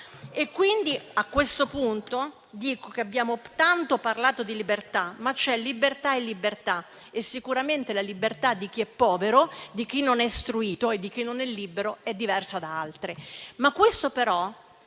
A questo punto, quindi, dico che abbiamo tanto parlato di libertà, ma c'è libertà e libertà e sicuramente la libertà di chi è povero, di chi non è istruito e di chi non è libero è diversa da altre. Tuttavia,